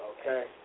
Okay